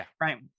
right